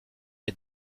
est